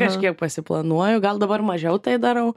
kažkiek pasiplanuoju gal dabar mažiau tai darau